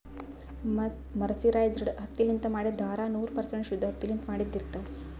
mercerized ಹತ್ತಿಲಿಂತ್ ಮಾಡಿದ್ದ್ ಧಾರಾ ನೂರ್ ಪರ್ಸೆಂಟ್ ಶುದ್ದ್ ಹತ್ತಿಲಿಂತ್ ಮಾಡಿದ್ದ್ ಇರ್ತಾವ್